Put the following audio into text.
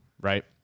right